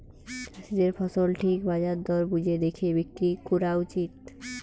চাষীদের ফসল ঠিক বাজার দর বুঝে দেখে বিক্রি কোরা উচিত